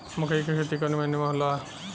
मकई क खेती कवने महीना में होला?